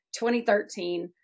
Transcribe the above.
2013